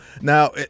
Now